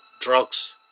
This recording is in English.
drugs